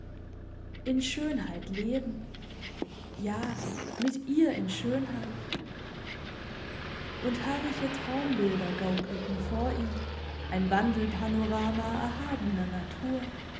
in schönheit leben ja mit ihr in schönheit und herrliche traumbilder gaukelten vor ihm ein wandelpanorama erhabener natur